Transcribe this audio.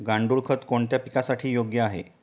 गांडूळ खत कोणत्या पिकासाठी योग्य आहे?